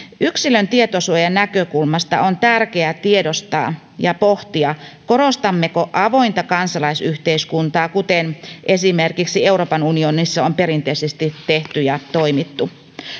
yksilön tietosuojan näkökulmasta on tärkeää tiedostaa ja pohtia korostammeko avointa kansalaisyhteiskuntaa kuten esimerkiksi euroopan unionissa on perinteisesti tehty ja toimittu